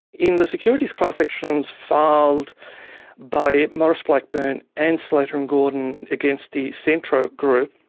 in the securities class actions filed by maurice blackburn and slater and gordon against the centro group,